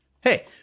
Hey